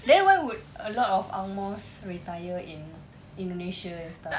then why would a lot of ang mohs retire in indonesia and stuff